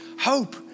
Hope